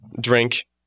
drink